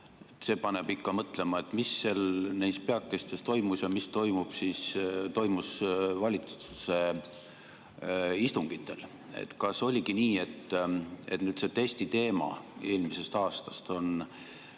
See paneb ikka mõtlema, mis neis peakestes toimus ja mis toimus valitsuse istungitel. Kas oligi nii, et see testiteema eelmisest aastast on